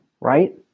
right